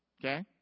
Okay